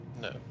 No